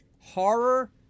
Horror